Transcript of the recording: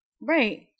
Right